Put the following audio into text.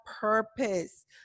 purpose